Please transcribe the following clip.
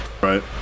Right